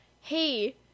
hey